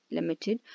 Limited